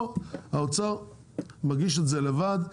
פה האוצר מגיש את זה לבד,